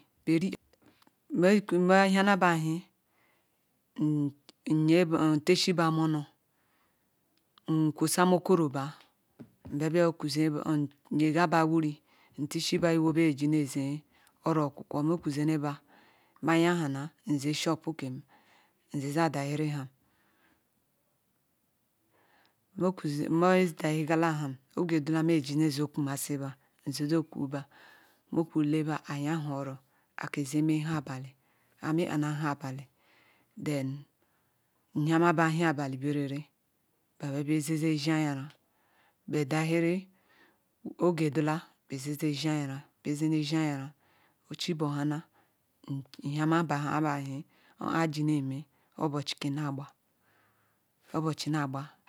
beh eri nme kri nba nyala bah ehi nyeha ntechi bah momoh nkausa okuroh bah nba bia okuze nyegaba wuri ntishiba bah iweh eji ne ezeh oro okukwo nme kuzene bah nmayana nze shop nkem nzeze adahiri ham nme okuze nma dibirigoma ham oge dula nmeji ejeh noh okuhasi bah nzege oku bah moh kule bah ayi nbiaya oro ayi keze meh nha abali ayi me bana nhe abali then nhiamaba eyi ahali berele nwa bia beh eji-arira beh dahere uge dula beh ze deh ezi-arira beh ezene deh eji arira chi bohana ihiama bah eyi orh ayi Iji neh meh obochi kene agba obuchi na agba